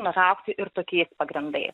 nutraukti ir tokiais pagrindais